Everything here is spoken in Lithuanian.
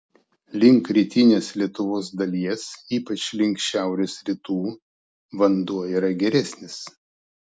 link rytinės lietuvos dalies ypač link šiaurės rytų vanduo yra geresnis